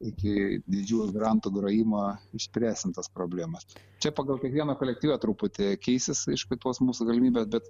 iki didžiųjų grantų grojimo išspręsim tas problemas čia pagal kiekvieną kolektyvą truputį keisis aišku tuos mūsų galimybės bet